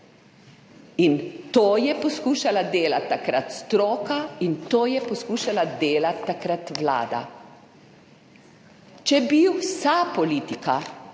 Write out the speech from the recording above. To je poskušala delati takrat stroka in to je poskušala delati takrat Vlada. Če bi se vsa politika,